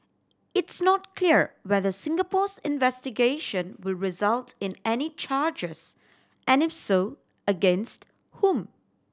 it's not clear whether Singapore's investigation will result in any charges and if so against whom